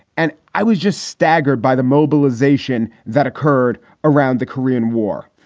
and i was just staggered by the mobilization that occurred around the korean war.